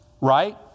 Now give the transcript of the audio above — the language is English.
right